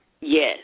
Yes